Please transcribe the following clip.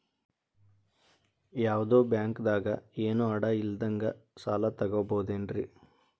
ಯಾವ್ದೋ ಬ್ಯಾಂಕ್ ದಾಗ ಏನು ಅಡ ಇಲ್ಲದಂಗ ಸಾಲ ತಗೋಬಹುದೇನ್ರಿ?